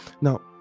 now